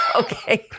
Okay